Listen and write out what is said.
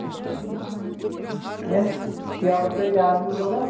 اچھا اچھا مےٚ ٲسۍ کیلہٕ پیٖٹۍ اَکھ زٕ ضروٗرت